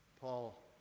Paul